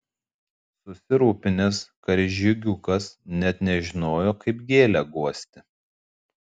susirūpinęs karžygiukas net nežinojo kaip gėlę guosti